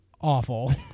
awful